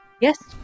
Yes